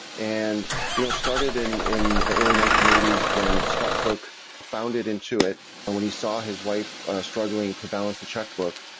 and you know it started in in the early nineteen eighty s when scott cook founded intuit when he saw his wife struggling to balance the checkbook.